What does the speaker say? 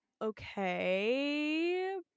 okay